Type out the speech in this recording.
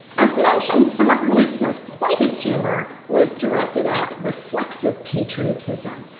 as mentioned, some of wood's most pointed humor was directed at reflexive patriotism,